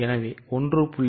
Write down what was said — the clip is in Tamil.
எனவே 1